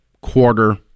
quarter